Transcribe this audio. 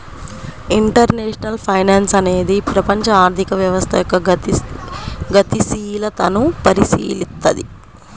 international finance అనేది ప్రపంచ ఆర్థిక వ్యవస్థ యొక్క గతిశీలతను పరిశీలిత్తది